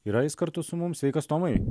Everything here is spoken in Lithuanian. yra jis kartu su mum sveikas tomai